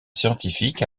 scientifique